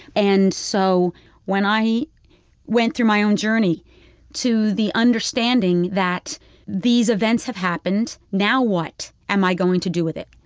and so when i went through my own journey to the understanding that these events have happened, now what am i going to do with it?